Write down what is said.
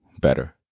better